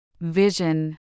Vision